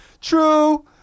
True